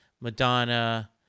Madonna